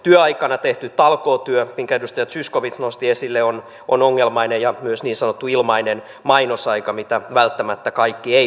työaikana tehty talkootyö minkä edustaja zyskowicz nosti esille on ongelmainen ja myös niin sanottu ilmainen mainosaika mitä välttämättä kaikki eivät saa